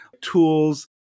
tools